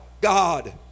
God